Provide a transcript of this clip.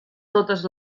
totes